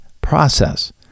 process